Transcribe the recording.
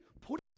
Put